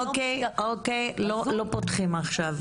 אוקיי, אנחנו לא פותחים עכשיו דיון.